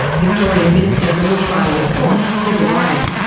victorian minister for bushfire response, peter ryan.